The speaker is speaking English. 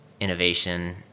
innovation